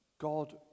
God